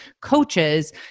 coaches